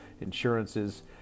insurances